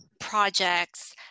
projects